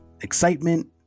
excitement